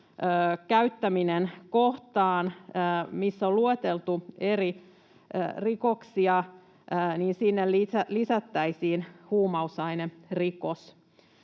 käyttäminen -kohtaan, missä on lueteltu eri rikoksia, lisättäisiin huumausainerikos.